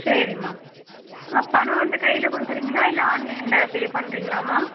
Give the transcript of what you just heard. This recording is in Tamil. சரிம்மா ஆ பணம் வந்து கையில் கொடுக்குறீங்களா இல்லை ஆன்லைனில் பே பண்ணுறீங்களாம்மா